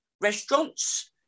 restaurants